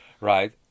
right